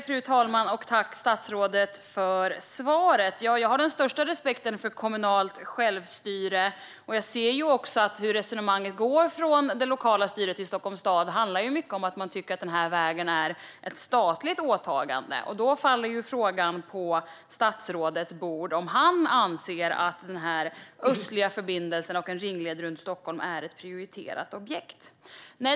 Fru talman! Tack, statsrådet, för svaret! Jag har den största respekt för kommunalt självstyre. Jag ser hur resonemanget går hos det lokala styret i Stockholms stad. Det handlar mycket om att man tycker att denna väg är ett statligt åtagande, och då faller frågan på statsrådets bord om han anser att den östliga förbindelsen och en ringled runt Stockholm är ett prioriterat objekt.